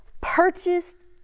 purchased